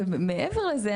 ומעבר לזה,